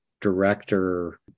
director